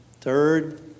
Third